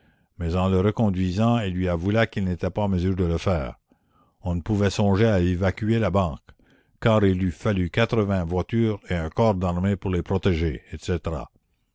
mais en le reconduisant il lui avoua qu'il n'était pas en mesure de le faire on ne pouvait songer à évacuer la banque car il eût fallu quatre-vingts voiture et un corps d'armée pour les protéger etc